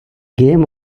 game